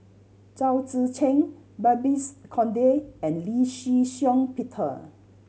Chao Tzee Cheng Babes Conde and Lee Shih Shiong Peter